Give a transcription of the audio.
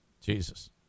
Jesus